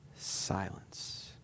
Silence